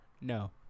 No